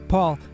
Paul